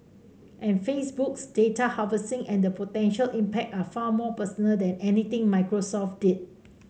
and Facebook's data harvesting and the potential impact are far more personal than anything Microsoft did